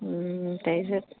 তাৰপিছত